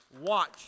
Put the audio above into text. Watch